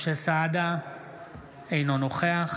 אינו נוכח